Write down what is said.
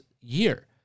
year